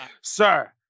Sir